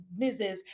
Mrs